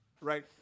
right